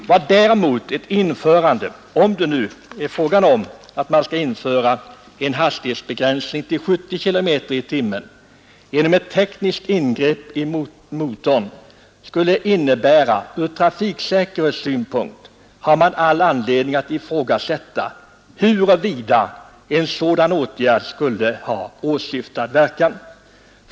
I vad däremot gäller ett införande — om det nu är fråga om ett sådant införande — av en hastighetsbegränsning till 70 km i timmen genom ett tekniskt ingrepp i motorn har man all anledning att ifrågasätta huruvida en sådan åtgärd skulle ha åsyftad verkan från trafiksäkerhetssynpunkt.